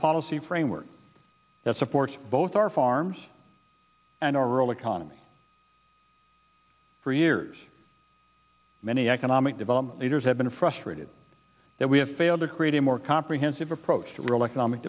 policy framework that supports both our farms and our rural economy for years many economic development leaders have been frustrated that we have failed to create a more comprehensive approach to rural economic